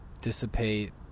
dissipate